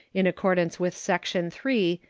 in accordance with section three,